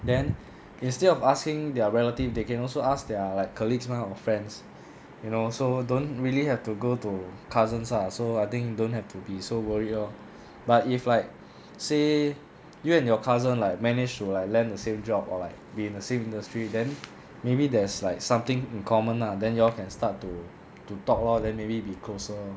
then instead of asking their relative they can also ask their like colleagues mah or friends you know so don't really have to go to cousins ah so I think don't have to be so worried lor but if like say you and your cousin like manage to like land the same job or like be in the same industry then maybe there's like something in common lah then you all can start to to talk lor then maybe be closer